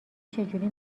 چجوری